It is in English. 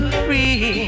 free